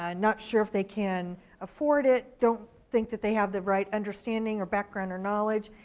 ah not sure if they can afford it, don't think that they have the right understanding or background or knowledge,